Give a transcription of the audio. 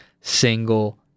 single